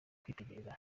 kwitegereza